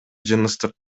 жыныстык